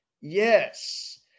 Yes